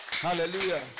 Hallelujah